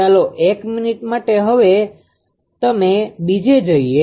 ચાલો એક મિનીટ માટે તમે હવે બીજે જઈએ